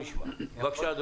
בבקשה.